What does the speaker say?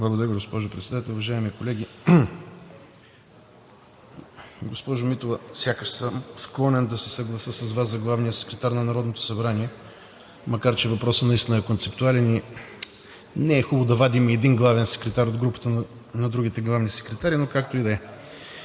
Благодаря Ви, госпожо Председател. Уважаеми колеги! Госпожо Митева, сякаш съм склонен да се съглася с Вас за главния секретар на Народното събрание, макар че въпросът наистина е концептуален и не е хубаво да вадим един главен секретар от групата на другите главни секретари, но както и да е.